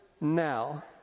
now